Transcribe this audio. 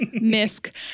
misc